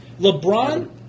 LeBron